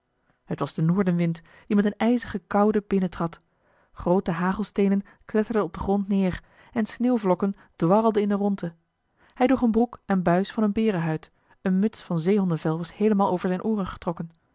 het was de noordenwind die met een ijzige koude binnentrad groote hagelsteenen kletterden op den grond neer en sneeuwvlokken dwarrelden in de rondte hij droeg een broek en buis van een berenhuid een muts van zeehondenvel was heelemaal over zijn ooren getrokken